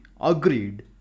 agreed